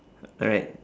alright